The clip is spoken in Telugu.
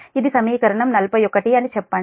ఇది సమీకరణం 41 అని చెప్పండి